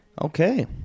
Okay